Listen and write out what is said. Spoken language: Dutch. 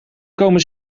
komen